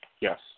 Yes